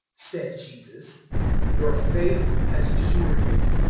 said jesus your faith has cured you.